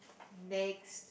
next